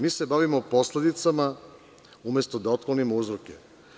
Mi se bavimo posledicama, umesto da otklonimo uzroke.